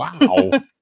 Wow